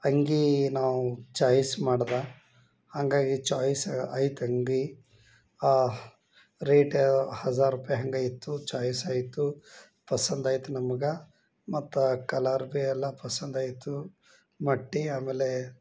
ಅಂಗಿ ನಾವು ಚಾಯ್ಸ್ ಮಾಡಿದ ಹಾಗಾಗಿ ಚೊಯ್ಸ್ ಆಯ್ತು ಅಂಗಿ ಆ ರೇಟ ಹಝಾರ್ ರೂಪಾಯಿ ಹಂಗೆ ಇತ್ತು ಚಾಯ್ಸ್ ಆಯಿತು ಪಸಂದ್ ಆಯಿತು ನಮ್ಗೆ ಮತ್ತೆ ಕಲರ್ ಭಿ ಎಲ್ಲ ಪಸಂದ್ ಆಯ್ತು ಮುಟ್ಟಿ ಆಯಿತು